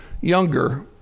younger